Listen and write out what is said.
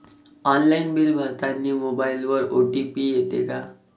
Online bill भरतानी मोबाईलवर OTP येते का?